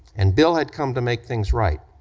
and bill had come to make things right,